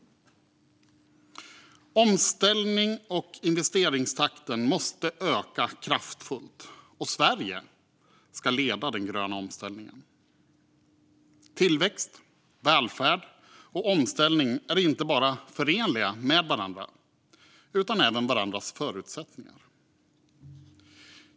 Omställnings och investeringstakten måste öka kraftfullt, och Sverige ska leda den gröna omställningen. Tillväxt, välfärd och omställning är inte bara förenliga med varandra utan är även varandras förutsättningar.